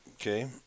Okay